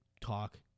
talk